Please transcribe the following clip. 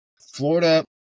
Florida –